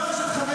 לא אשת חבר.